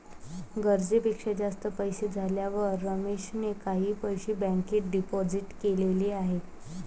गरजेपेक्षा जास्त पैसे झाल्यावर रमेशने काही पैसे बँकेत डिपोजित केलेले आहेत